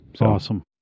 Awesome